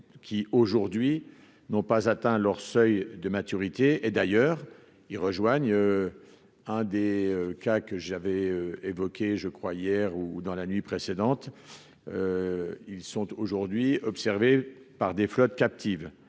qui aujourd'hui n'ont pas atteint leur seuil de maturité et d'ailleurs ils rejoignent un des cas que j'avais évoqué je crois hier ou dans la nuit précédente, ils sont aujourd'hui observé par des flottes captives